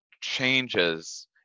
changes